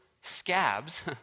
scabs—